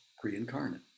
pre-incarnate